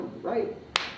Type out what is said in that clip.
right